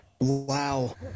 Wow